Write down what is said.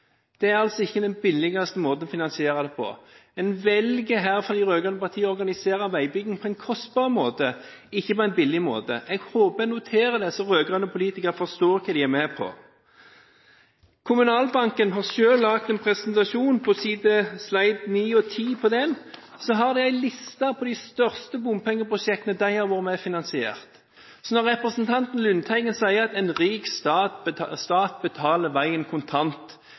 Det er altså ikke den billigste måten å finansiere det på. De rød-grønne partiene velger her å organisere veibygging på en kostbar måte, ikke på en billig måte. Jeg håper de noterer det, slik at de rød-grønne politikerne forstår hva de er med på. Kommunalbanken har selv laget en presentasjon, og på slide 9 og 10 har de en liste med de største bompengeprosjektene de har vært med og finansiert. Når representanten Lundteigen sier at en rik stat betaler veien kontant,